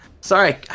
sorry